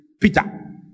Peter